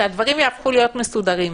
שהדברים יהפכו להיות מסודרים.